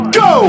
go